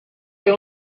fer